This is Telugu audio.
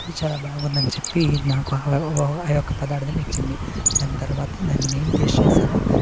అప్పుడు చాలా బాగుందని చెప్పి నాకు అవవా ఆ యొక్క ప్రదార్థం ఇచ్చింది దాని తర్వాత దాన్ని నేను టేస్ట్ చేశాను